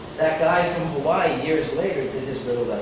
that guy from hawaii years later did this little